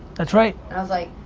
that's right. i was like,